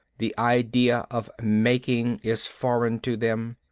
the idea of making is foreign to them.